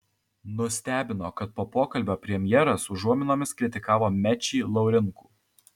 nustebino kad po pokalbio premjeras užuominomis kritikavo mečį laurinkų